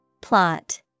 Plot